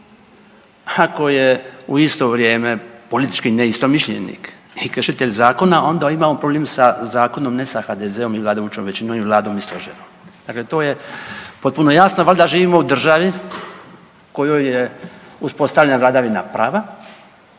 Ako je u isto vrijeme politički neistomišljenik i kršitelj zakona onda imamo problem sa zakonom, ne sa HDZ-om ili vladajućom većinom ili Vladom i stožerom. Dakle, to je potpuno jasno valjda živimo u državi u kojoj je uspostavljena vladavina prava